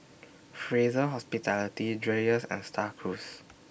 Fraser Hospitality Dreyers and STAR Cruise